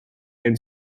end